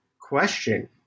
question